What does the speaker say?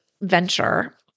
venture